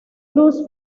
cruz